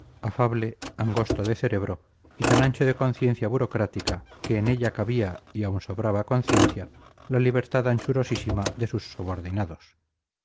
afable angosto de cerebro y tan ancho de conciencia burocrática que en ella cabía y aun sobraba conciencia la libertad anchurosísima de sus subordinados